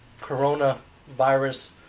coronavirus